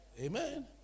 Amen